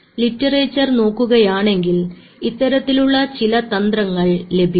literature നോക്കുകയാണെങ്കിൽ ഇത്തരത്തിലുള്ള ചില തന്ത്രങ്ങൾ ലഭിക്കും